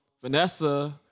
Vanessa